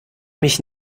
mich